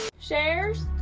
shares?